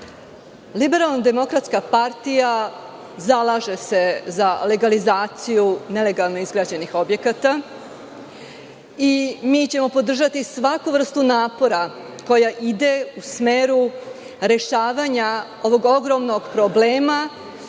Liberalno-demokratska partija zalaže se za legalizaciju nelegalno izgrađenih objekata i mi ćemo podržati svaku vrstu napora koja ide u smeru rešavanja ovog ogromnog problema